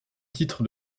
titre